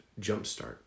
jumpstart